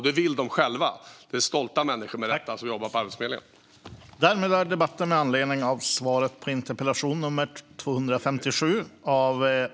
Detta vill de som arbetar på Arbetsförmedlingen själva, för de är med rätta stolta människor.